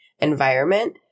environment